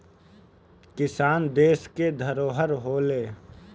किसान देस के धरोहर होलें